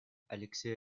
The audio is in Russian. алексей